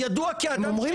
זו הממשלה --- תודה.